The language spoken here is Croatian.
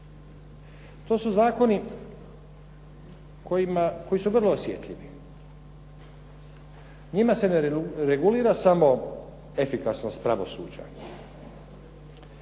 To su zakoni koji su vrlo osjetljivi. Njima se ne regulira samo efikasnost pravosuđa,